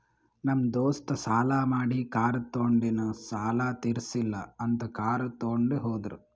ನಮ್ ದೋಸ್ತ ಸಾಲಾ ಮಾಡಿ ಕಾರ್ ತೊಂಡಿನು ಸಾಲಾ ತಿರ್ಸಿಲ್ಲ ಅಂತ್ ಕಾರ್ ತೊಂಡಿ ಹೋದುರ್